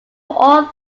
all